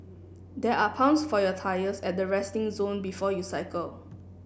there are pumps for your tyres at the resting zone before you cycle